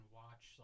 watch